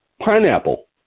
pineapple